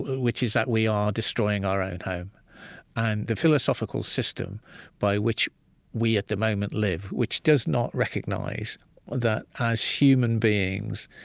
which is that we are destroying our own home and the philosophical system by which we, at the moment, live, which does not recognize that, as human beings,